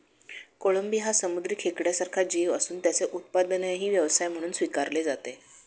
कोळंबी हा समुद्री खेकड्यासारखा जीव असून त्याचे उत्पादनही व्यवसाय म्हणून स्वीकारले जाते